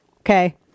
Okay